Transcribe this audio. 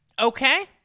Okay